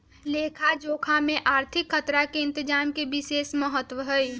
लेखा जोखा में आर्थिक खतरा के इतजाम के विशेष महत्व हइ